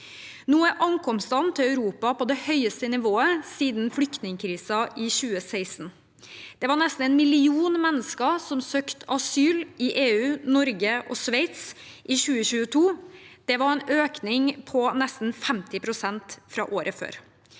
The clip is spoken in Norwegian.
Nå er ankomstene til Europa på det høyeste nivået siden flyktningkrisen i 2016. Det var nesten 1 million mennesker som søkte asyl i EU, Norge og Sveits i 2022, og det var en økning på nesten 50 pst. fra året før.